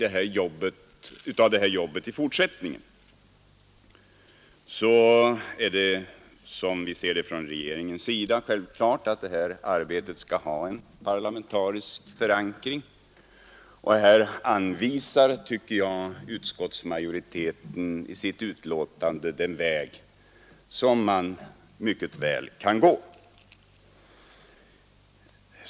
fortsättningen är det som vi ser det från regeringen självklart att detta arbete skall ha en parlamentarisk förankring. Här anvisar utskottsmajoriteten, tycker jag, i sitt betänkande den väg som man mycket väl kan gå.